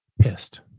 Pissed